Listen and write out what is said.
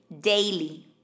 daily